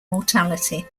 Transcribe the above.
mortality